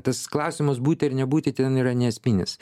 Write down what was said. tas klausimas būti ar nebūti ten yra neesminis